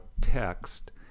text